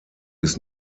ist